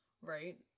Right